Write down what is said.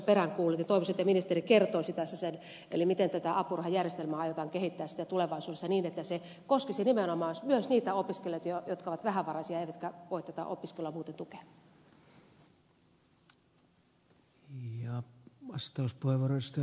toivoisin että ministeri kertoisi tässä sen miten tätä apurahajärjestelmää aiotaan kehittää tulevaisuudessa niin että se koskisi nimenomaan myös niitä opiskelijoita jotka ovat vähävaraisia eivätkä saa tähän opiskeluun muuten tukea